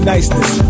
Niceness